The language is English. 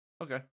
Okay